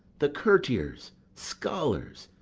the courtier's, scholar's,